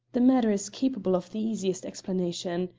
the matter is capable of the easiest explanation.